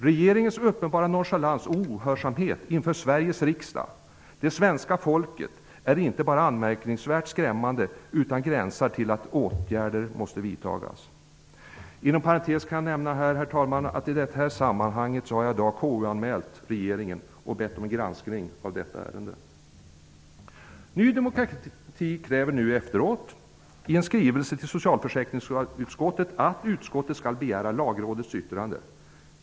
Regeringens uppenbara nonchalans och ohörsamhet inför Sveriges riksdag -- det svenska folket -- är inte bara anmärkningsvärt skrämmande utan det gränsar till att åtgärder måste vidtas. Inom parentes kan jag nämna att jag i det här sammanhanget i dag har KU-anmält regeringen och bett om en granskning av ärendet. Ny demokrati kräver nu efteråt i en skrivelse till socialförsäkringsutskottet att utskottet skall begära in Lagrådets yttrande.